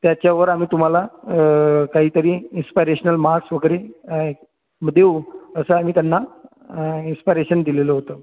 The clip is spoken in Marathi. त्याच्यावर आम्ही तुम्हाला अं काहीतरी इन्स्पायरेशनल मार्क्स वगैरे अंय देऊ असं आम्ही त्यांना इन्स्पायरेशन दिलेलं होतं